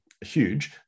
huge